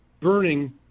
burning